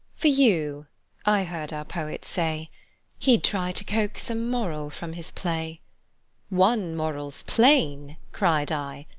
for you i heard our poet say he'd try to coax some moral from his play one moral's plain, cried i,